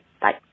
Bye